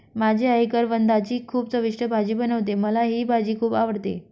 माझी आई करवंदाची खूप चविष्ट भाजी बनवते, मला ही भाजी खुप आवडते